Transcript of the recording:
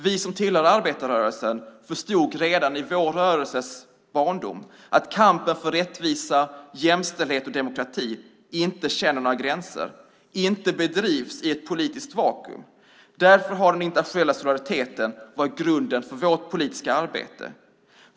Vi som tillhör arbetarrörelsen förstod redan i vår rörelses barndom att kampen för rättvisa, jämställdhet och demokrati inte känner några gränser, inte bedrivs i ett politiskt vakuum. Därför har den internationella solidariteten varit grunden för vårt politiska arbete.